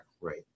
Right